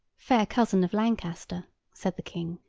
fair cousin of lancaster said the king,